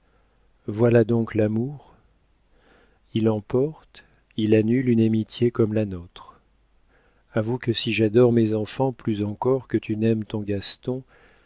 voilà donc l'amour il emporte il annule une amitié comme la nôtre avoue que si j'adore mes enfants plus encore que tu n'aimes ton gaston